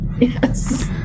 Yes